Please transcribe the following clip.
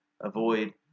avoid